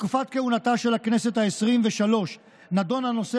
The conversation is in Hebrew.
בתקופת כהונתה של הכנסת העשרים-ושלוש נדון הנושא